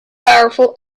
powerful